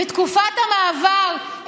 בתקופת המעבר,